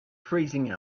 freezing